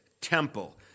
temple